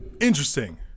interesting